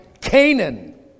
Canaan